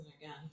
again